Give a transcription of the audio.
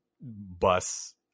bus